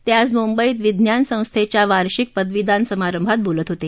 ते आज मुंबईत विज्ञान संस्थेच्या वार्षिक पदवीदान समारंभात बोलत होते